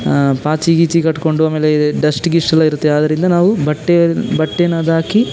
ಆ ಪಾಚಿ ಗೀಚಿ ಕಟ್ಟಿಕೊಂಡು ಆಮೇಲೆ ಡಸ್ಟ್ ಗಿಸ್ಟ್ ಎಲ್ಲ ಇರುತ್ತೆ ಆದ್ದರಿಂದ ನಾವು ಬಟ್ಟೆ ಬಟ್ಟೆ ಅನ್ನೋದು ಹಾಕಿ